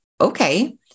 okay